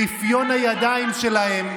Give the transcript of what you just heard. רפיון הידיים שלהם,